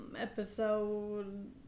episode